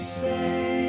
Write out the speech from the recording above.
say